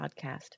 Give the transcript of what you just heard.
podcast